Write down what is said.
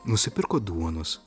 nusipirko duonos